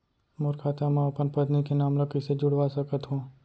मोर खाता म अपन पत्नी के नाम ल कैसे जुड़वा सकत हो?